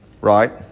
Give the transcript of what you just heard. Right